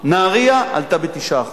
נהרייה עלתה ב-9%.